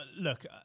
look